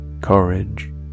courage